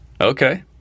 Okay